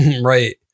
Right